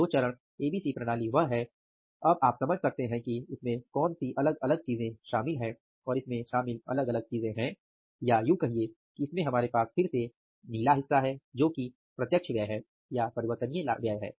दो चरण ABC प्रणाली वह है अब आप समझ सकते हैं कि इसमें कौन सी अलग अलग चीज़े शामिल हैं और इसमें शामिल अलग अलग चीज़े है यूं कहे की इसमें हमारे पास फिर से नीला हिस्सा है जो प्रत्यक्ष व्यय हैं